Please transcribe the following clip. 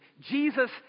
Jesus